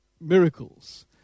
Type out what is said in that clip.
miracles